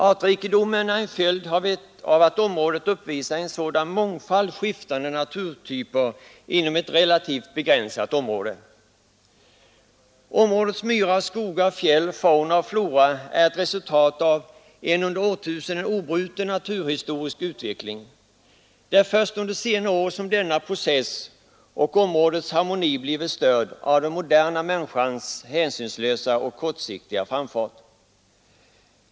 Artrikedomen är en följd av att området uppvisar en mångfald skiftande naturtyper inom ett relativt begränsat område. Områdets myrar, skogar, fjäll, fauna och flora är ett resultat av en under årtusenden obruten naturhistorisk utveckling. Det är först under senare år som denna process och områdets harmoni blivit störd av den moderna människans hänsynslösa och kortsiktiga framfart.